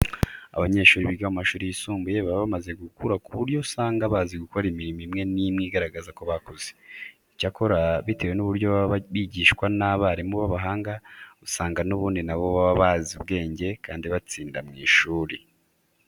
Abanyeshuri biga mu mashuri yisumbuye baba bamaze gukura ku buryo usanga bazi gukora imirimo imwe n'imwe igaragaza ko bakuze. Icyakora bitewe n'uburyo baba bigishwa n'abarimu b'abahanga, usanga n'ubundi na bo baba bazi ubwenge kandi batsinda mu ishuri.